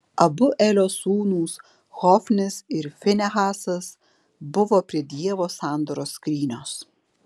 abu elio sūnūs hofnis ir finehasas buvo prie dievo sandoros skrynios